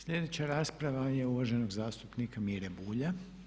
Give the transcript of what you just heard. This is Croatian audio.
Sljedeća rasprava je uvaženog zastupnika Mire Bulja.